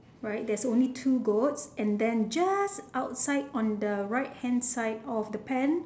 right there's only two goats and then just outside on the right hand side of the pen